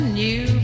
new